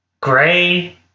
Gray